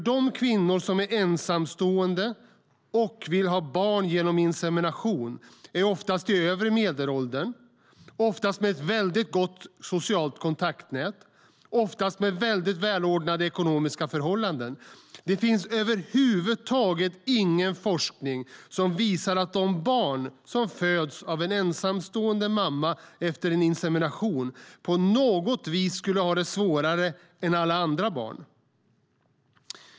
De kvinnor som är ensamstående och vill ha barn genom insemination är oftast i övre medelåldern. De har oftast ett gott socialt kontaktnät och oftast välordnade ekonomiska förhållanden. Det finns över huvud taget ingen forskning som visar att de barn som föds av en ensamstående mamma efter en insemination på något vis skulle ha det svårare än alla andra barn.